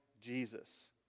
Jesus